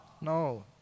No